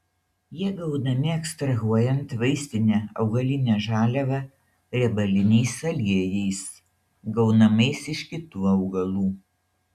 jie gaunami ekstrahuojant vaistinę augalinę žaliavą riebaliniais aliejais gaunamais iš kitų augalų